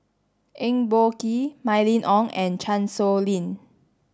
Eng Boh Kee Mylene Ong and Chan Sow Lin